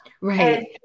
Right